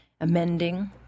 amending